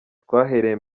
twahereye